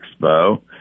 Expo